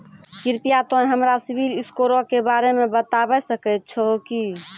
कृपया तोंय हमरा सिविल स्कोरो के बारे मे बताबै सकै छहो कि?